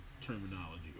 terminology